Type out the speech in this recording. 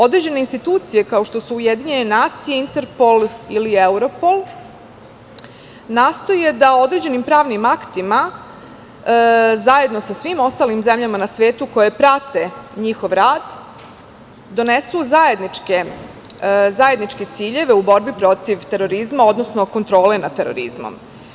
Određene institucije kao što su UN, Interpol, ili Europol, nastoje da određenim pravnim aktima zajedno sa svim zemljama na svetu koje prate njihov rad donesu zajedničke ciljeve u borbi proti terorizma, odnosno kontrole nad terorizmom.